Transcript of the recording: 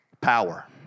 power